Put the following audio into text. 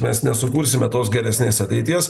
mes nesukursime tos geresnės ateities